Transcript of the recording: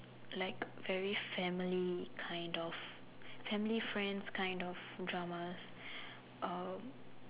like very family kind of family friends kind of dramas um